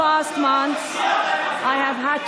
אשר נולדה החודש לפני 121 שנים בקייב.